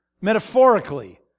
metaphorically